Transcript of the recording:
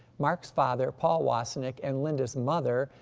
mark's father, paul wassenich and linda's mother,